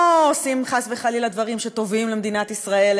לא עושים חס וחלילה דברים שטובים למדינת ישראל,